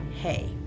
hey